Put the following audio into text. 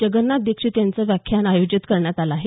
जगन्नाथ दीक्षित यांचं व्याख्यान आयोजित करण्यात आलं आहे